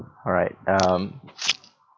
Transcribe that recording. alright um